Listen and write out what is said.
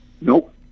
Nope